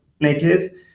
.native